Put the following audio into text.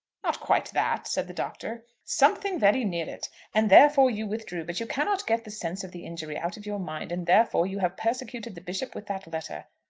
not quite that, said the doctor. something very near it and therefore you withdrew. but you cannot get the sense of the injury out of your mind, and, therefore, you have persecuted the bishop with that letter.